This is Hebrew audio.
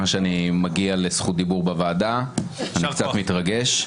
שאני מגיע לזכות דיבור בוועדה ואני קצת מתרגש.